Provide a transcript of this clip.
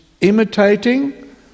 imitating